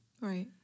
Right